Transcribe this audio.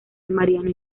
mariano